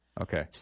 Okay